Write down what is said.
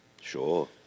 sure